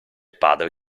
padre